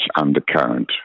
undercurrent